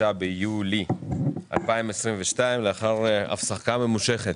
25 ביולי 2022. לאחר הפסקה ממושכת